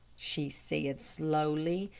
she said, slowly.